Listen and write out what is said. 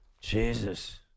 Jesus